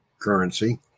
currency